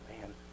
man